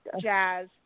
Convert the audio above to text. jazz